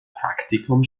praktikum